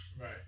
Right